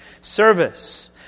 service